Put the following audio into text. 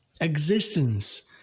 existence